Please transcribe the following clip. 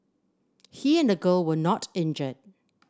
he and the girl were not injured